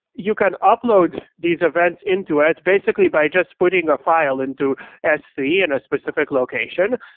you can upload these events into it basically by just putting a file into s three and a specific location.